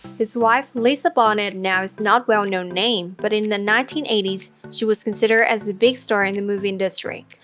his wife, lisa bonet, and now is not a well-known name, but in the nineteen eighty s she was considered as a big star in the movie industry.